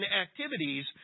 activities